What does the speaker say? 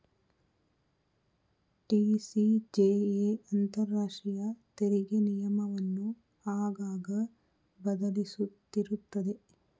TCJA ಅಂತರಾಷ್ಟ್ರೀಯ ತೆರಿಗೆ ನಿಯಮವನ್ನು ಆಗಾಗ ಬದಲಿಸುತ್ತಿರುತ್ತದೆ